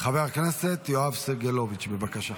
חבר הכנסת יואב סגלוביץ', בבקשה.